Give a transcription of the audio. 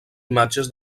imatges